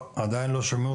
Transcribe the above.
אתה יכול לתת לנו עדכון בסוף,